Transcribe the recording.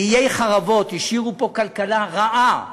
עיי חורבות, השאירו פה כלכלה רעה.